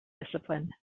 discipline